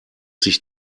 sich